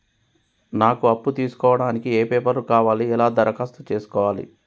నాకు అప్పు తీసుకోవడానికి ఏ పేపర్లు కావాలి ఎలా దరఖాస్తు చేసుకోవాలి?